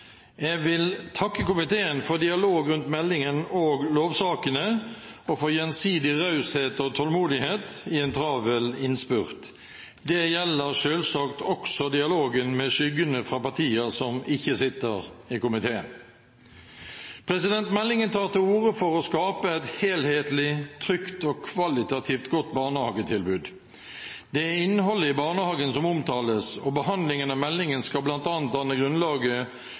Jeg vil takke komiteen for dialog rundt meldingen og lovsakene og for gjensidig raushet og tålmodighet i en travel innspurt. Det gjelder selvsagt også dialogen med skyggene fra partier som ikke sitter i komiteen. Meldingen tar til orde for å skape et helhetlig, trygt og kvalitativt godt barnehagetilbud. Det er innholdet i barnehagen som omtales, og behandlingen av meldingen skal bl.a. danne grunnlag